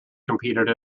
competed